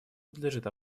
подлежит